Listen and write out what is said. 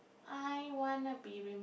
I wanna be re~